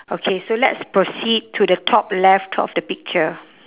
okay so let's proceed to the top left top of the picture